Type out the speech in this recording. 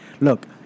Look